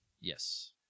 Yes